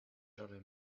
early